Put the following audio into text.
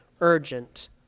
urgent